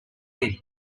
win